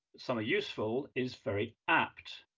some are useful is very apt.